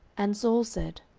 and saul said,